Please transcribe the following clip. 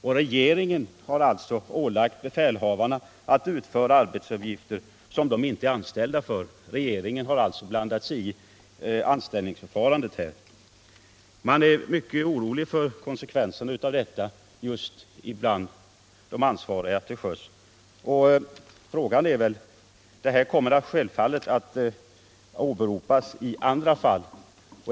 Regeringen har därigenom ålagt befälhavarna att utföra arbetsuppgifter som de inte är anställda för. Regeringen har alltså blandat sig i anställningsförfarandet. De ansvariga till sjöss är mycket oroliga för konsekvenserna av detta förfarande. Det kommer självfallet att åberopas i andra fall.